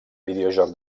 videojoc